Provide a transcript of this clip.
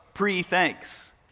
pre-thanks